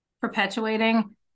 perpetuating